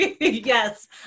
Yes